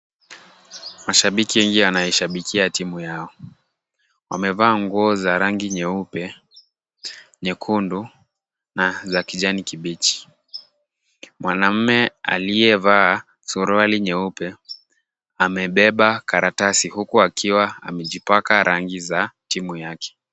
Mashabiki nje anayeshabikia timu yao ,wamevaa nguo za rangi nyeupe nyekundu na za kijani kibichi. Mwanamme aliyevaa suruali nyeupe amebeba karatasi huku akiwa amejipaka rangi za timu yake .